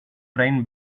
train